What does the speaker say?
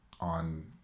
on